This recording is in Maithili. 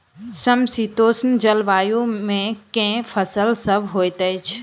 समशीतोष्ण जलवायु मे केँ फसल सब होइत अछि?